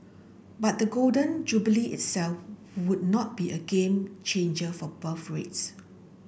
but the Golden Jubilee itself would not be a game changer for birth rates